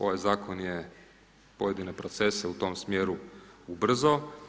Ovaj zakon je pojedine procese u tom smjeru ubrzao.